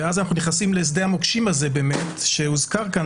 ואז אנחנו נכנסים לשדה המוקשים שהוזכר כאן,